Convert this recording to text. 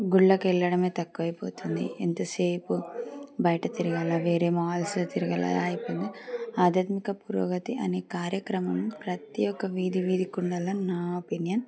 గుళ్ళకి వెళ్ళడమే తక్కువైపోతుంది ఎంత సేపు బయట తిరగాలి వేరే మాల్స్ తిరగాలి అయిపోయింది ఆధ్యాత్మిక పురోగతి అనే కార్యక్రమం ప్రతీ ఒక్క వీధి వీధి కుండల నా ఒపీనియన్